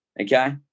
okay